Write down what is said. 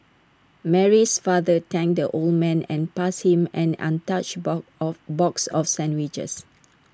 Mary's father thanked the old man and passed him an untouchable of box of sandwiches